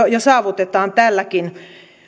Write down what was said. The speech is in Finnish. saavutetaan jo tälläkin